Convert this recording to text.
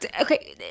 okay